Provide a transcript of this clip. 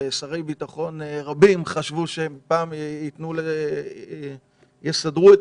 ושרי ביטחון רבים חשבו שהם יצליחו לסדר את